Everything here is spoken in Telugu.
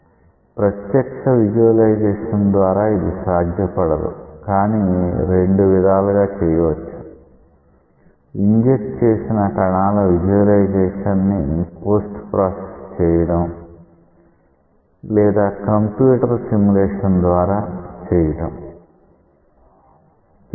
ప్రత్యక్ష విజువలైజేషన్ ద్వారా ఇది సాధ్యపడదు కానీ రెండు విధాలుగా చేయవచ్చు ఇంజెక్ట్ చేసిన కణాల విజువలైజేషన్ ని పోస్ట్ ప్రాసెస్ చెయ్యడం లేదా కంప్యూటర్ సిములేషన్ ద్వారా చేయవచ్చు